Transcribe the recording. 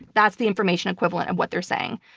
that's the information equivalent of what they're saying.